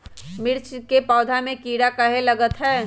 मिर्च के पौधा में किरा कहे लगतहै?